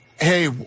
Hey